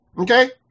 Okay